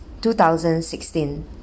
2016